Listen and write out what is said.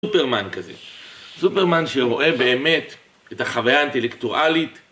סופרמן כזה, סופרמן שרואה באמת את החוויה האינטלקטואלית